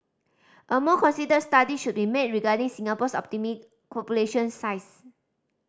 a more considered study should be made regarding Singapore's population size